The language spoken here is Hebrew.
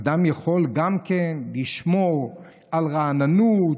אדם יכול גם לשמור על רעננות,